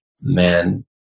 man